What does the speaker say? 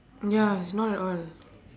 ya it's not at all